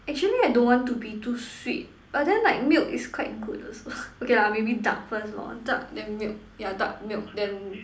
actually I don't want to be too sweet but then like milk is quite good also okay lah maybe dark first lor dark then milk yeah dark milk then